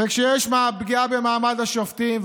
וכשיש פגיעה במעמד השופטים,